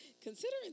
considering